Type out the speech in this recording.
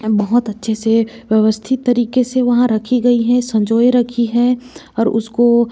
बहुत अच्छे से व्यवस्थित तरीके से वहाँ रखी गई हैं सँजोए रखी हैं और उसको